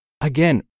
Again